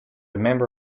member